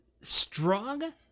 Strong